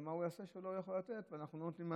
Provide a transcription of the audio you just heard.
ומה הוא יעשה שהוא לא יכול לתת ואנחנו לא נותנים מענה?